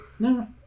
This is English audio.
no